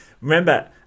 Remember